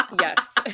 Yes